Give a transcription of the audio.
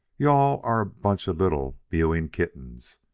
you-all are a bunch of little mewing kittens.